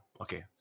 Okay